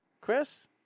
Chris